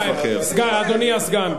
ואני אומר מה אני חושב על יושבת-ראש האופוזיציה.